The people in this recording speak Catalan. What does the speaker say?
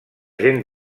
gent